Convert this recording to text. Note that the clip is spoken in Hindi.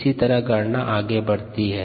इसी तरह गणना आगे बढ़ती है